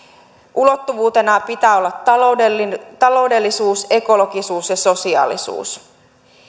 ulottuvuuksina pitää olla taloudellisuus ekologisuus ja sosiaalisuus